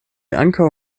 ankaŭ